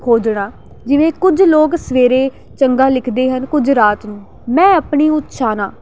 ਖੋਜਣਾ ਜਿਵੇਂ ਕੁਝ ਲੋਕ ਸਵੇਰੇ ਚੰਗਾ ਲਿਖਦੇ ਹਨ ਕੁਝ ਰਾਤ ਨੂੰ ਮੈਂ ਆਪਣੀ ਉਤਸ਼ਾਹਨਾ